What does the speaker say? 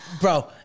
Bro